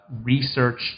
research